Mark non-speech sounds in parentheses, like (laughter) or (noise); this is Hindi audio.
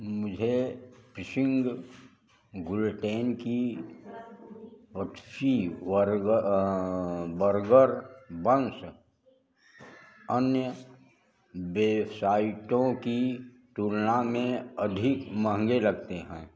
मुझे फिशिंग गुलटेन की (unintelligible) वर्ग बर्गर बन्स अन्य बेवसाइटों की तुलना में अधिक महँगे लगते हैं